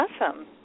Awesome